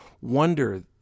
wonder